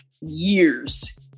years